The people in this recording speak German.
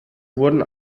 wurden